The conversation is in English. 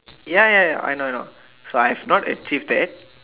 ya ya ya I know I know so I've not achieve that